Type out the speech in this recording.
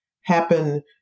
happen